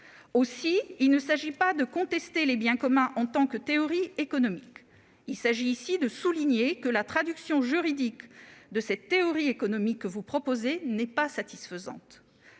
Aussi, il ne s'agit pas de contester les biens communs en tant que théorie économique, mais de souligner que la traduction juridique que vous en proposez n'est pas satisfaisante.